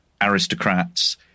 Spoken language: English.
aristocrats